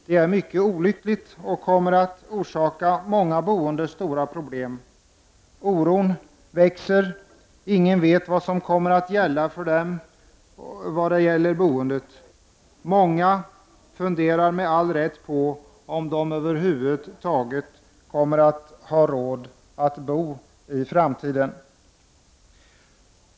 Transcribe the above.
Det är mycket olyckligt och kommer att förorsaka många boende stora problem. Oron växer. Ingen vet vad som kommer att gälla för dem när det gäller boendet. Många funderar med all rätt på om de över huvud taget kommer att ha råd att bo i framtiden.